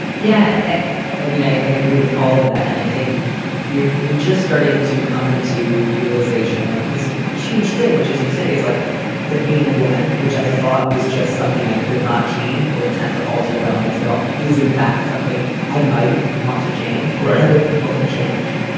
yeah. i mean, i i agree with all of that. and i think you're you're just starting to come in to realization of this huge thing, which, as you say is like that being a woman, which i thought was just something i could not change or attempt to alter about myself is in fact something i might want to change or other people have changed.